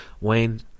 wayne